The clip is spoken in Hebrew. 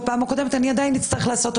באחד הגלגולים הקודמים היה לנו נוסח,